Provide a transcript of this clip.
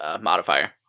modifier